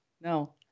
no